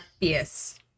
Yes